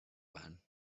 van